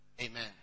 Amen